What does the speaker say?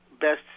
best